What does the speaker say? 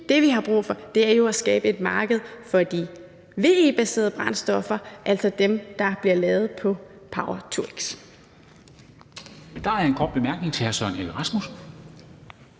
det, vi har brug for, er jo at skabe et marked for de VE-baserede brændstoffer, altså dem, der bliver lavet på power-to-x. Kl. 10:23 Formanden (Henrik Dam